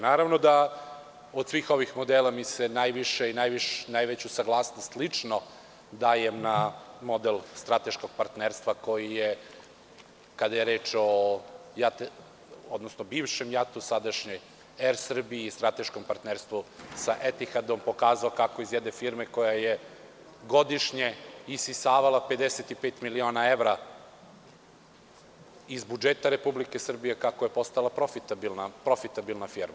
Naravno da od svih ovih modela najveću saglasnost lično dajem na model strateškog partnerstva koji je, kada je reč o bivšem „JAT-u“, a sadašnjoj „Er Srbiji“ i strateškom partnerstvu sa „Etihadom“ pokazao kako iz jedne firme koja je godišnje isisavala 55 miliona evra iz budžeta Republike Srbije kako je postala profitabilna firma.